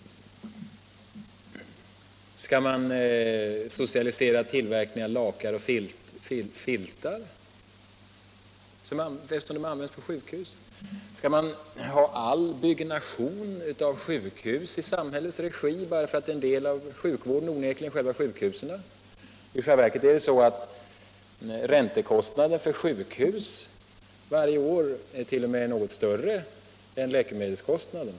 Skall man socialisera tillverkningen av lakan och filtar, eftersom de används på sjukhus? Skall all byggnation av sjukhus ske i samhällets regi bara därför att själva sjukhusen onekligen hör till sjukvården? I själva verket är räntekost 59 naderna för sjukhusen varje år t.o.m. något större än läkemedelskostnaderna.